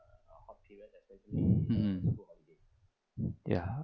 mmhmm ya